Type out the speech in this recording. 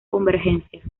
convergencia